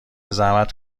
زحمت